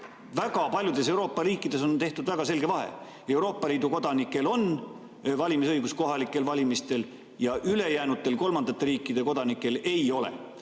Paljudes Euroopa riikides on tehtud väga selge vahe, et Euroopa Liidu kodanikel on valimisõigus kohalikel valimistel ja ülejäänutel, kolmandate riikide kodanikel ei ole.